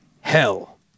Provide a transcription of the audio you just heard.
Hell